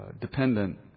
dependent